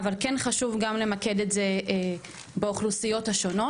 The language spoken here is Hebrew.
אבל כן חשוב גם למקד את זה באוכלוסיות השונות.